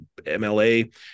MLA